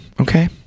Okay